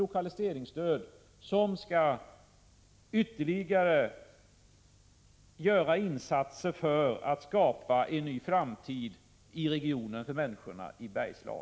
lokaliseringsstöd som skall ytterligare åstadkomma insatser för att skapa en ny framtid för människorna i Bergslagen.